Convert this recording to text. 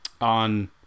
on